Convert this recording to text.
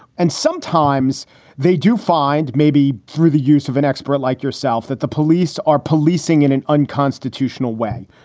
and sometimes they do find maybe through the use of an expert like yourself, that the police are policing in an unconstitutional way.